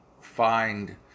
find